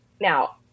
Now